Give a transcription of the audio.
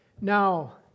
now